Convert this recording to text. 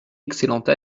excellente